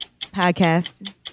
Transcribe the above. Podcast